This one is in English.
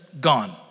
gone